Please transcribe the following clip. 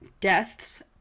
deaths